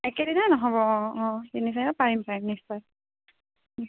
একেদিনাই নহ'ব অ অ তিনি চাৰিদিনত পাৰিম পাৰিম নিশ্চয়